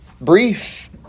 brief